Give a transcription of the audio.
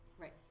Right